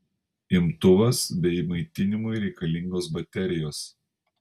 imtuvas bei maitinimui reikalingos baterijos